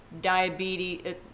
diabetes